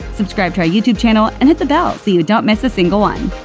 subscribe to our youtube channel and hit the bell so you don't miss a single one.